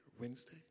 Wednesday